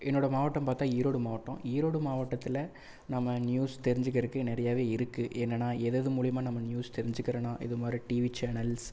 என்னோடய மாவட்டம் பார்த்தா ஈரோடு மாவட்டம் ஈரோடு மாவட்டத்தில் நம்ம நியூஸ் தெரிஞ்சிக்கறதுக்கு நிறையாவே இருக்குது என்னென்ன எதெது மூலிமா நம்ம நியூஸ் தெரிஞ்சிக்கறதுனா இதுமாதிரி டிவி சேனல்ஸ்